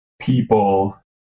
people